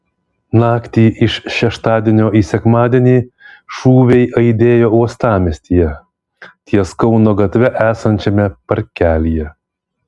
naktį iš šeštadienio į sekmadienį šūviai aidėjo uostamiestyje ties kauno gatve esančiame parkelyje